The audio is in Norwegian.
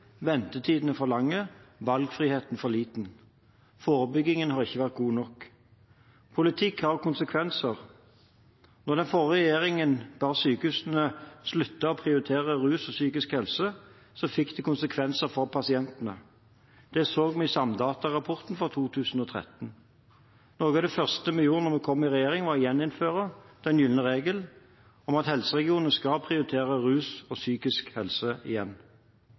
ventetidene for lange, valgfriheten for liten, og forebyggingen har ikke vært god nok. Politikk har konsekvenser. Da den forrige regjeringen ba sykehusene slutte å prioritere rus og psykisk helse, fikk det konsekvenser for pasientene. Det så vi i SAMDATA-rapporten for 2013. Noe av det første vi gjorde da vi kom i regjering, var å gjeninnføre den gylne regel om at helseregionene skal prioritere rusfeltet og psykisk helse igjen.